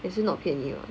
还是 not 便宜